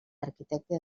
arquitecte